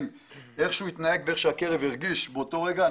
לגבי צורת ההתנהגות שלו ואיך הכלב הרגיש באותו רגע.